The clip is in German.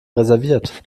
reserviert